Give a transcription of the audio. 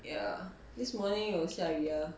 ya this morning 有下雨 ah